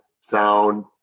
sound